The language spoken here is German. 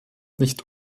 nicht